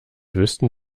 wüssten